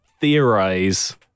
theorize